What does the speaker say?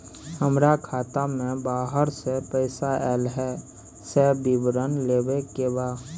हमरा खाता में बाहर से पैसा ऐल है, से विवरण लेबे के बा?